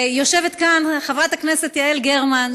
ויושבת כאן חברת הכנסת יעל גרמן,